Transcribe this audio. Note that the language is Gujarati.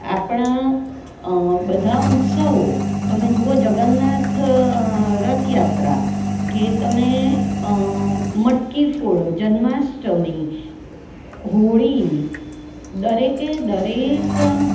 આપણા અ બધા ઉત્સવો તમે જુઓ જગન્નાથ રથયાત્રા કે તમે મટકી ફોડો જન્માષ્ટમી હોળી દરેકે દરેક